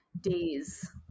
days